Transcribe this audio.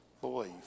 Believe